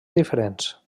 diferents